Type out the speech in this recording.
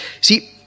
See